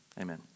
amen